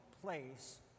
place